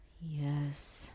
Yes